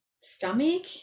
stomach